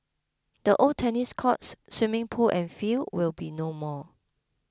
the old tennis courts swimming pool and field will be no more